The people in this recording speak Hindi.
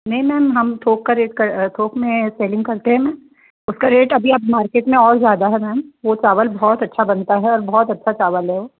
नहीं मैम हम थोक का रेट का थोक में सेलिंग करते हैं उसका रेट अभी आप मार्केट में और ज़्यादा है मैम वह चावल बहुत अच्छा बनता है और बहुत अच्छा चावल है